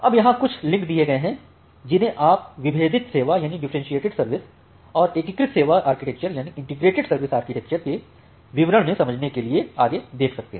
अब यहां कुछ लिंक दिए गए हैं जिन्हें आप विभेदित सेवा और एकीकृत सेवा आर्किटेक्चर के विवरण में समझने के लिए आगे देख सकते हैं